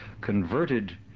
converted